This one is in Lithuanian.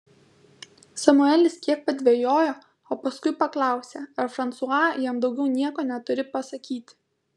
samuelis kiek padvejojo o paskui paklausė ar fransua jam daugiau nieko neturi pasakyti